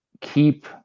keep